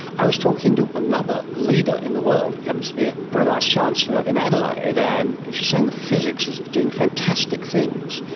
i was talking to another leader in the world who happens to be a pro vice chancellor in adelaide, and she was saying the physics is doing fantastic things,